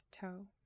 toe